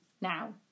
now